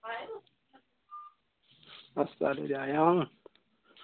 हस्ताले दा आया आऊं